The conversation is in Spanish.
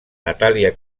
natalia